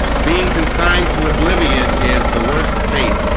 being consigned to oblivion is the worst faith